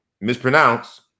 mispronounce